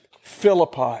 Philippi